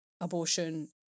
Abortion